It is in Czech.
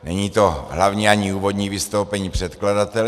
Není to hlavní ani úvodní vystoupení předkladatele.